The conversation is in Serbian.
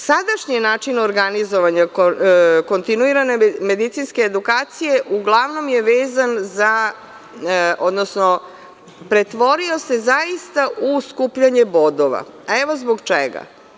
Sadašnji način organizovanja kontinuirane medicinske edukacije uglavnom je vezan za, odnosno pretvorio se zaista u skupljanje bodova, a evo zbog čega?